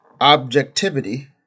objectivity